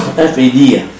F A D ah